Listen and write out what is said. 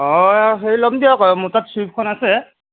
অঁ সেই ল'ম দিয়ক মোৰ তাত ছুইফ্টখন আছে